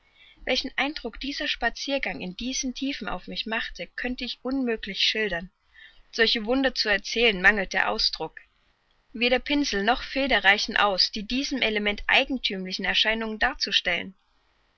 welchen eindruck dieser spaziergang in diesen tiefen auf mich machte könnte ich unmöglich schildern solche wunder zu erzählen mangelt der ausdruck weder pinsel noch feder reichen aus die diesem element eigenthümlichen erscheinungen darzu